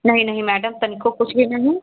नहीं नहीं मैडम तनिकों कुछ भी नहीं